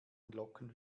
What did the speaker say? locken